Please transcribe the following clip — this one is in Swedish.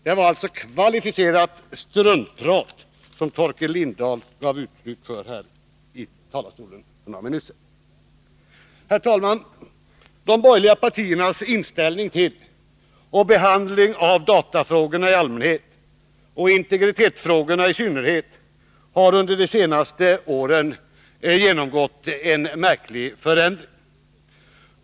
Det var alltså kvalificerat struntprat som Torkel Lindahl gav prov på i talarstolen för några minuter sedan. Herr talman! De borgerliga partiernas inställning till och behandling av datafrågor i allmänhet och integritetsfrågor i synnerhet har under de senaste åren genomgått en märklig förändring.